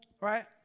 right